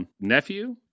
nephew